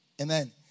amen